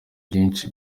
byinshi